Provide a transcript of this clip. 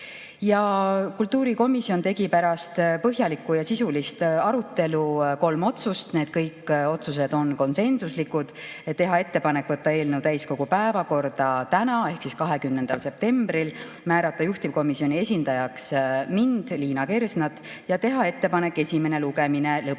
kustutada. Kultuurikomisjon tegi pärast põhjalikku ja sisulist arutelu kolm otsust, need kõik on konsensuslikud: teha ettepanek võtta eelnõu täiskogu päevakorda täna ehk 20. septembril, määrata juhtivkomisjoni esindajaks mind, Liina Kersnat, ja teha ettepanek esimene lugemine lõpetada.